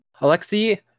Alexei